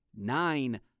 Nine